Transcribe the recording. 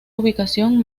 ubicación